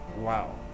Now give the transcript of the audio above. wow